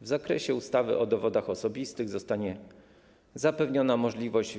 W zakresie ustawy o dowodach osobistych wnioskodawcom zostanie zapewniona możliwość